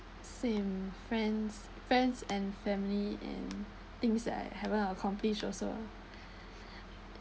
same friends friends and family and things that I haven't accomplished also ah